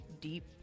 deep